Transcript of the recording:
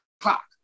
clock